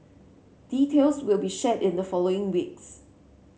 details will be shared in the following weeks